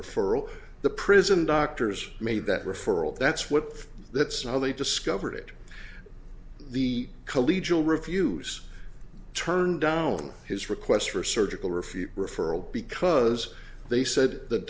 referral the prison doctors made that referral that's what that's now they discovered it the collegial reviews turned down his request for surgical refuse referral because they said th